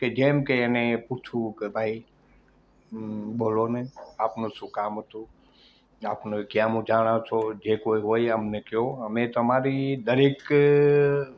જેમ કે એને પૂછવું કે ભાઈ બોલોને આપનું શું કામ હતું આપને ક્યાં મૂંઝાણા છો જે કંઈ હોય એ એમને કહો અમે તમારી દરેક